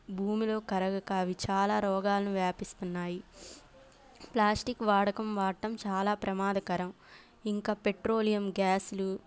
భూమిలో కరగక అవి చాలా రోగాలను వ్యాపిస్తున్నాయి ప్లాస్టిక్ వాడకం వాడడం చాలా ప్రమాదకరం ఇంకా పెట్రోలియం గ్యాస్లు